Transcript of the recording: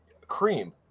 Cream